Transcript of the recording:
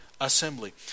assembly